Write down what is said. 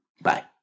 bye